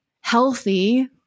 healthy